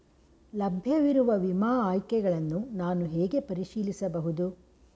ಲಭ್ಯವಿರುವ ವಿಮಾ ಆಯ್ಕೆಗಳನ್ನು ನಾನು ಹೇಗೆ ಪರಿಶೀಲಿಸಬಹುದು?